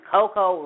Coco